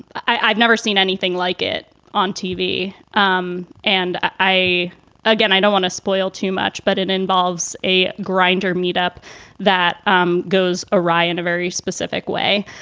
i've never seen anything like it on tv. um and i again, i don't want to spoil too much, but it involves a grinder meetup that um goes awry in a very specific way.